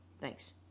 Thanks